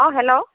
অ' hello